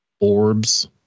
orbs